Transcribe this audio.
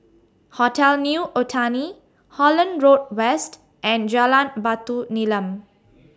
Hotel New Otani Holland Road West and Jalan Batu Nilam